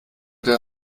der